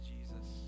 Jesus